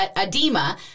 edema